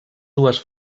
dues